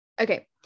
okay